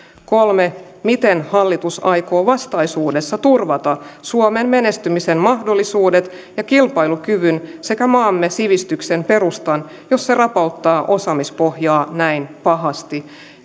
miten hallitus aikoo vastaisuudessa turvata suomen menestymisen mahdollisuudet ja kilpailukyvyn sekä maamme sivistyksen perustan jos se rapauttaa osaamispohjaa näin pahasti